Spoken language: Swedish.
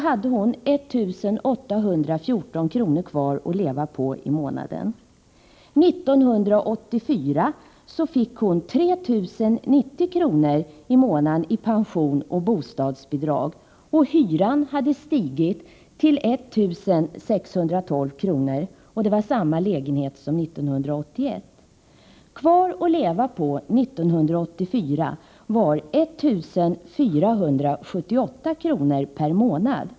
hade hon 1 814 kr. kvar att leva på i månaden. 1984 fick hon 3 090 kr. i månaden i pension och bostadsbidrag, och hyran hade stigit till I 612 kr. — det var samma lägenhet som 1981. Kvar att leva på 1984 var 1 478 kr. per månad.